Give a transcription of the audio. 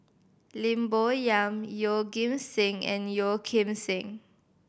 Lim Bo Yam Yeoh Ghim Seng and Yeo Kim Seng